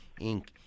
Inc